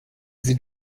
sie